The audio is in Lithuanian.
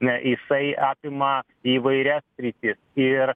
na jisai apima įvairias sritis ir